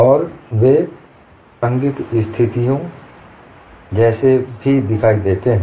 और वे प्रासंगिक स्थितियाँ जैसे भी दिखाई देते हैं